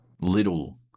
little